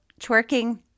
twerking